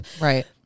Right